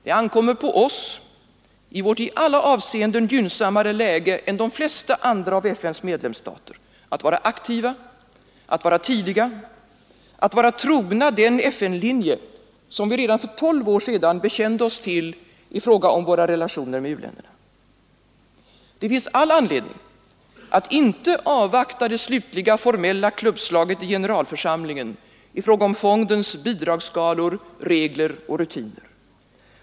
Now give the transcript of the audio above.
Det ankommer på oss, som har ett i alla avseenden gynnsammare läge än de flesta andra av FN:s medlemsstater, att vara aktiva, att vara tidiga, att vara trogna den FN-linje som vi redan för tolv år sedan bekände oss till i fråga om våra relationer med u-länderna. Det finns all anledning att inte avvakta det slutliga, formella klubbslaget i generalförsamlingen i fråga om fondens bidragsskalor, regler och rutiner.